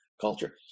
culture